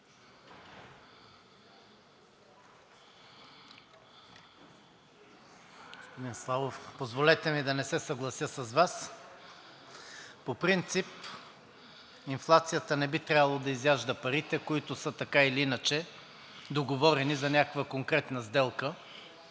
позволете ми да не се съглася с Вас. По принцип инфлацията не би трябвало да изяжда парите, които са договорени за някаква конкретна сделка.